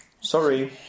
Sorry